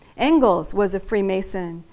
engels was a freemason.